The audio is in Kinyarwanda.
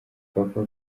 papa